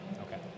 okay